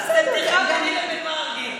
בסדר, זה ביני לבין מרגי.